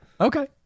Okay